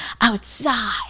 outside